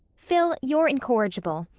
phil, you're incorrigible.